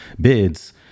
bids